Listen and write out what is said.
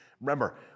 remember